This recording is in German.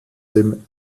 dem